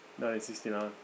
1969